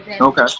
Okay